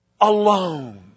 alone